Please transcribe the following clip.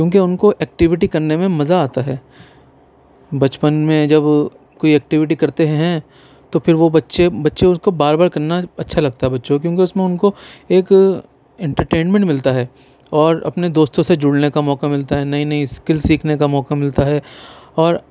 کیونکہ ان کو ایکٹیویٹی کرنے میں مزہ آتا ہے بچپن میں جب کوئی ایکٹیویٹی کرتے ہیں تو پھر وہ بچے بچے اس کو بار بار کرنا اچھا لگتا ہے بچوں کو کیونکہ اس میں ان کو ایک انٹرٹینمینٹ ملتا ہے اور اپنے دوستوں سے جڑنے کا موقع ملتا ہے نئی نئی اسکل سیکھنے کا موقع ملتا ہے اور